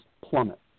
plummet